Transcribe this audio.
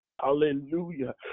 Hallelujah